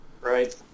Right